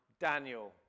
Daniel